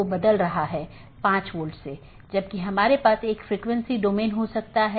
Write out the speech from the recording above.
यह एक शब्दावली है या AS पाथ सूची की एक अवधारणा है